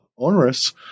Onerous